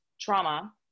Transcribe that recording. trauma